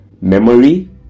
memory